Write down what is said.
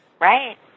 right